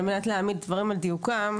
על מנת להעמיד דברים על דיוקם,